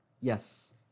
Yes